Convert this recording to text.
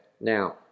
Now